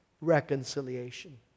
reconciliation